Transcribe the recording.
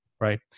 Right